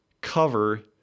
cover